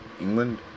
England